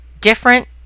different